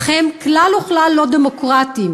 אך הם כלל וכלל לא דמוקרטיים.